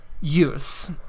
use